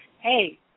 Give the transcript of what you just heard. hey